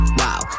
wow